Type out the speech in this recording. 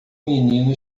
menino